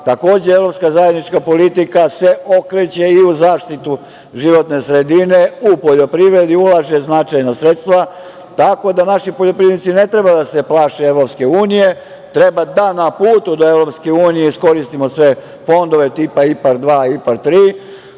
razvoj. Takođe, Evropska zajednička politika se okreće i u zaštitu životne sredine u poljoprivredi ulaže značajna sredstva, tako da naši poljoprivrednici ne treba da se plaše EU, treba da na putu do EU iskoristimo sve fondove tipa IPARD 2, IPARD 3,